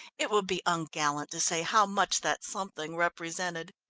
it would be ungallant to say how much that something represented.